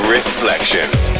Reflections